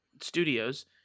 Studios